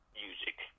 music